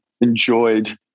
enjoyed